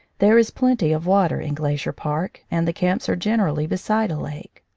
there is plenty of water in glacier park, and the camps are generally beside a lake.